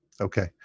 okay